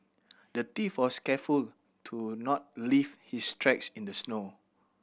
the thief was careful to not leave his tracks in the snow